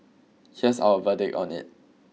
here's our verdict on it